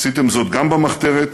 עשיתם זאת גם במחתרת